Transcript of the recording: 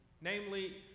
Namely